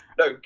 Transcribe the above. no